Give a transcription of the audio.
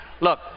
Look